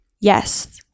Yes